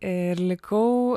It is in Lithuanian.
ir likau